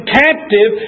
captive